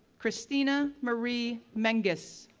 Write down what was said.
kristina marie mengis,